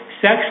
sex